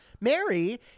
Mary